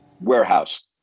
warehouse